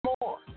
more